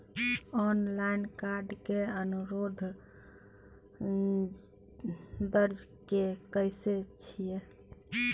Online card के अनुरोध दर्ज के सकै छियै?